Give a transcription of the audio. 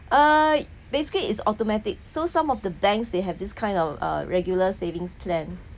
uh basically is automatic so some of the banks they have this kind of uh regular savings plan